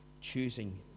choosing